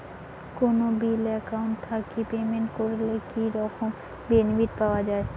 কোনো bill account থাকি payment করলে কি রকম বেনিফিট পাওয়া য়ায়?